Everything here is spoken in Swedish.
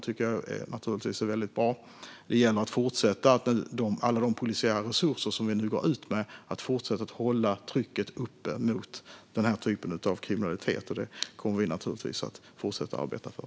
Det tycker jag naturligtvis är väldigt bra. Det gäller att fortsätta och att med alla de polisiära resurser som vi nu går ut med hålla trycket uppe mot den här typen av kriminalitet. Det kommer vi naturligtvis att fortsätta arbeta för.